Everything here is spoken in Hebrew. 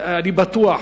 אני בטוח,